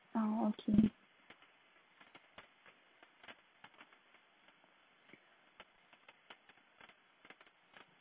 oh okay